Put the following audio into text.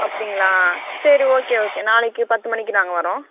அப்படிங்களா சரி okay okay நாளைக்கி பத்து மணிக்கு நாங்கள் வரோம்